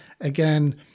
again